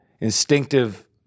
instinctive